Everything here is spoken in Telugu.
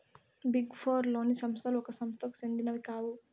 బిగ్ ఫోర్ లోని సంస్థలు ఒక సంస్థకు సెందినవి కావు